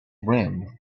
rim